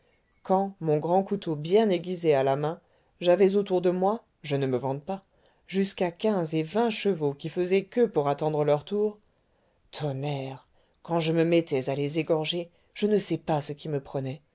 quand mon grand couteau bien aiguisé à la main j'avais autour de moi je ne me vante pas jusqu'à quinze et vingt chevaux qui faisaient queue pour attendre leur tour tonnerre quand je me mettais à les égorger je ne sais pas ce qui me prenait